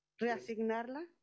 reasignarla